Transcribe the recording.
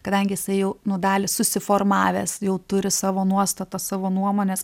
kadangi jisai jau nu dalį susiformavęs jau turi savo nuostatas savo nuomones